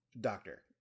Doctor